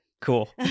Cool